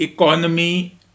Economy